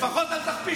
לפחות אל תכפיש.